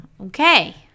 Okay